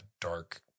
dark